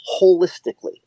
holistically